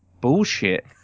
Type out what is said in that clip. bullshit